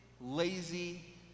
lazy